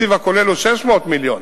התקציב הכולל הוא 600 מיליון,